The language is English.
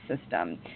system